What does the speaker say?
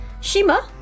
Shima